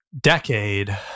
decade